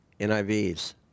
NIVs